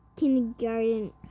kindergarten